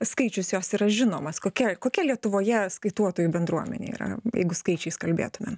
skaičius jos yra žinomas kokia kokia lietuvoje kaituotojų bendruomenė yra jeigu skaičiais kalbėtume